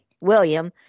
William